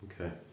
Okay